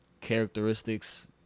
characteristics